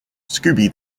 scooby